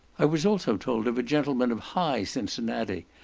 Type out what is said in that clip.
i was also told of a gentleman of high cincinnati,